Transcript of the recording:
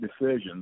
decisions